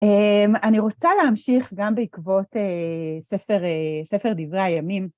אמ..אני רוצה להמשיך גם בעקבות ספר דברי הימים.